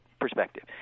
perspective